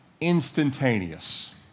instantaneous